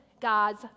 god's